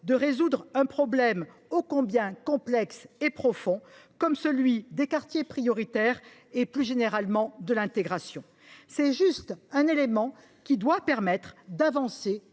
de résoudre le problème ô combien complexe et profond des quartiers prioritaires et, plus généralement, de l’intégration. C’est juste un élément qui doit permettre d’avancer